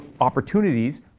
opportunities